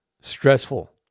stressful